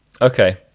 Okay